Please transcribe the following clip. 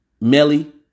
Melly